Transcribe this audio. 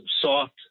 soft